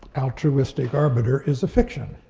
altruistic arbiter is a fiction.